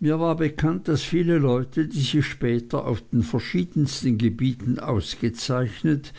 mir war bekannt daß viele leute die sich später auf den verschiedensten gebieten ausgezeichnet